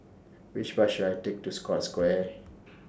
Which Bus should I Take to Scotts Square